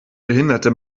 behinderte